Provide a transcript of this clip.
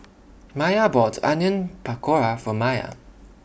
Miah bought Onion Pakora For Miah